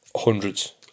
Hundreds